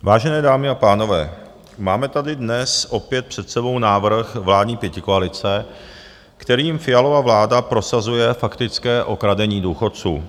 Vážené dámy a pánové, máme tady dnes opět před sebou návrh vládní pětikoalice, kterým Fialova vláda prosazuje faktické okradení důchodců.